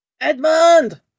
Edmund